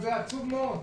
אז זה עצוב מאוד.